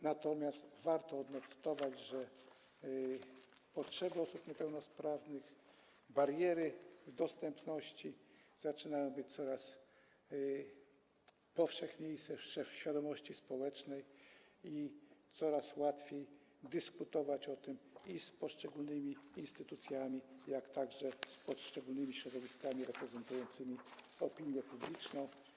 Natomiast warto odnotować, że potrzeby osób niepełnosprawnych, bariery dostępności zaczynają być coraz powszechniejsze w świadomości społecznej i coraz łatwiej dyskutować o tym z poszczególnymi instytucjami, jak i z poszczególnymi środowiskami reprezentującymi opinię publiczną.